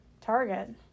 target